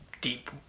deep